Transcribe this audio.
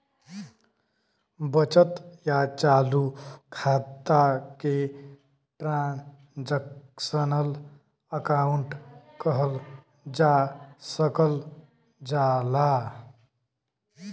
बचत या चालू खाता के ट्रांसक्शनल अकाउंट कहल जा सकल जाला